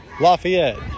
Lafayette